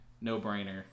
no-brainer